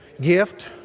Gift